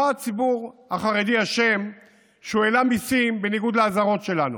מה הציבור החרדי אשם שהוא העלה מיסים בניגוד לאזהרות שלנו,